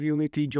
Unity